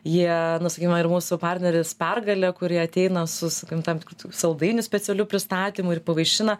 jie nu sakykime ir mūsų partneris pergalė kurie ateina su sakykim tam tikrų saldainių specialiu pristatymu ir pavaišina